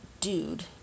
dude